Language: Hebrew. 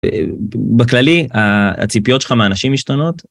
בכללי הציפיות שלך מהאנשים משתנות.